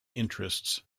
interests